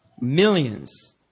millions